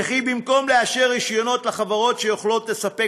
ובמקום לאשר רישיונות לחברות שיכולות לספק